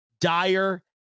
dire